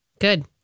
Good